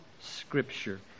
scripture